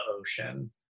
ocean